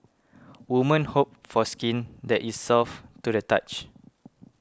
women hope for skin that is soft to the touch